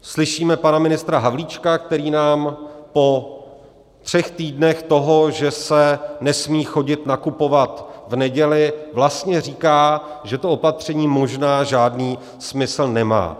Slyšíme pana ministra Havlíčka, který nám po třech týdnech toho, že se nesmí chodit nakupovat v neděli, vlastně říká, že to opatření možná žádný smysl nemá.